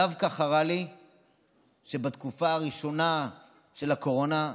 דווקא חרה לי שבתקופה הראשונה של הקורונה,